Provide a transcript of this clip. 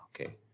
Okay